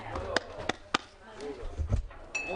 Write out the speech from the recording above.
הישיבה ננעלה בשעה 09:40.